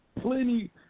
plenty